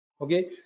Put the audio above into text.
Okay